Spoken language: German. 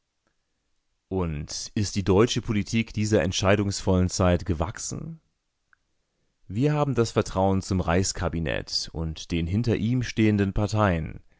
und ist die deutsche politik dieser entscheidungsvollen zeit gewachsen wir haben das vertrauen zum reichskabinett und den hinter ihm stehenden parteien